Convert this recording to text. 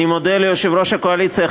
אני מודה ליושב-ראש הקואליציה,